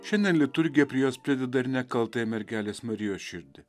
šiandien liturgija prie jos prideda ir nekaltąją mergelės marijos širdį